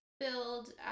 Build